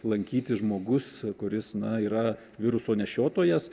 lankytis žmogus kuris na yra viruso nešiotojas